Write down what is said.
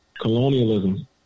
colonialism